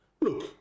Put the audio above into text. Look